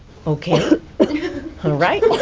ok? all right?